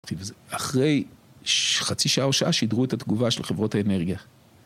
אחרי חצי שעה או שעה שידרו את התגובה של חברות האנרגיה.